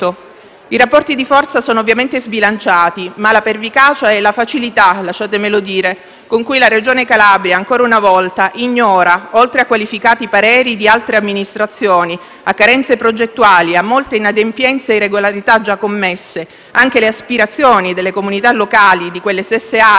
I rapporti di forza sono ovviamente sbilanciati, ma la pervicacia e la facilità - lasciatevelo dire - con cui la Regione Calabria, ancora una volta, ignora non solo qualificati pareri di altre amministrazioni, carenze progettuali e molte inadempienze e irregolarità commesse, ma anche le aspirazioni delle comunità locali di quelle stesse aree interne